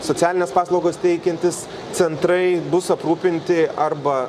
socialines paslaugas teikiantys centrai bus aprūpinti arba